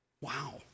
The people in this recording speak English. Wow